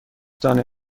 دانه